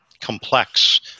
complex